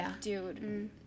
dude